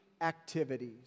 activities